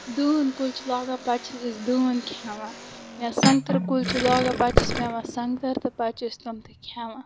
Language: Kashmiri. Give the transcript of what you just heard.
دٲن کُل چھُ لاگان پَتہٕ چھِس أسۍ دٲن کھٮ۪وان یا سنٛگتَر کُل چھِ لاگان پَتہٕ چھِس پٮ۪وان سنٛگتَر تہٕ پَتہٕ چھِ أسۍ تٕم تہِٕ کھٮ۪وان